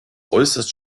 äußerst